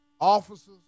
officers